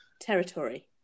territory